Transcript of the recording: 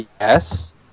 Yes